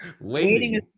waiting